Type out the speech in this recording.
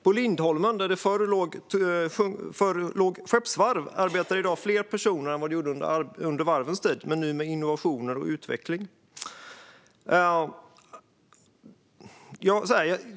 På Lindholmen, där det förr låg skeppsvarv, arbetar i dag fler personer än under varvens tid - men nu med innovationer och utveckling.